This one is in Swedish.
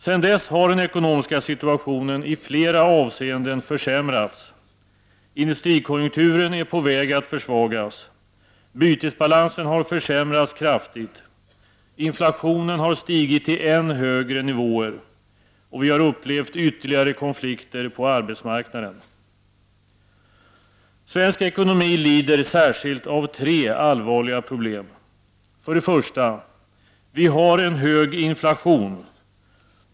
Sedan dess har den ekonomiska situationen försämrats i flera avseenden. Industrikonjunkturen är på väg att försvagas, bytesbalansen har försämrats kraftigt, inflationen har stigit till en än högre nivå och vi har upplevt ytterligare konflikter på arbetsmarknaden. Svensk ekonomi lider särskilt av tre allvarliga problem. För det första: Vi har en hög inflation.